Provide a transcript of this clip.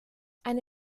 eine